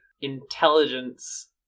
intelligence